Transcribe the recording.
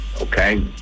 Okay